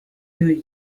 der